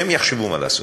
שהם יחשבו מה לעשות.